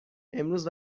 امروز